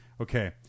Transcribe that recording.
okay